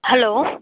hello